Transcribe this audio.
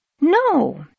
No